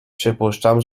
przypuszczam